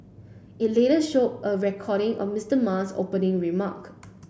it later show a recording of Mr Ma's opening remark